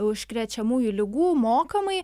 užkrečiamųjų ligų mokamai